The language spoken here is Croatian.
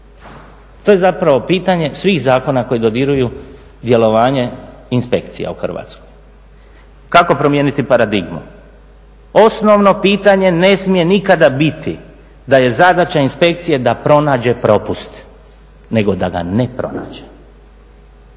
To je zapravo pitanje svih zakona koji dodiruju djelovanje inspekcija u Hrvatskoj. Kako promijeniti paradigmu? Osnovno pitanje ne smije nikada biti da je zadaća inspekcije da pronađe propust, nego da ga ne pronađe